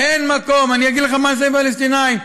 מה תעשה עם הפלסטינים?